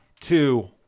two